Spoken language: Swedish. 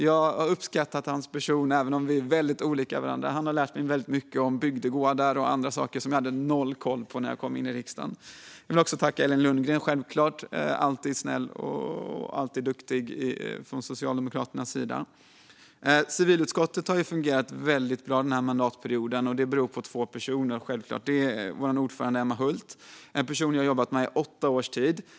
Jag har uppskattat hans person, även om vi är väldigt olika varandra. Han har lärt mig mycket om bygdegårdar och annat som jag hade noll koll på innan jag kom in i riksdagen. Jag vill självklart också tacka Elin Lundgren från Socialdemokraterna. Hon är alltid snäll och alltid duktig. Civilutskottet har fungerat väldigt bra under den här mandatperioden, och det beror på två personer. Den ena är vår ordförande Emma Hult, en person som jag har jobbat med i åtta års tid.